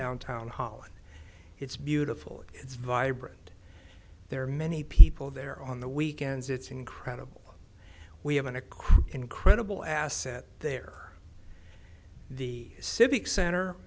downtown holland it's beautiful it's vibrant there are many people there on the weekends it's incredible we have an a crew incredible asset there the civic center